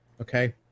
Okay